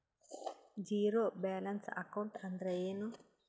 Zero balance account ಅಂದ್ರ ಏನು?